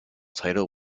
title